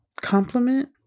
compliment